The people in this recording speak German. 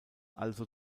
also